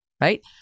Right